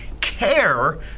care